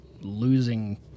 losing